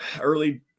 early